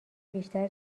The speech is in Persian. بیشتر